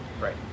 right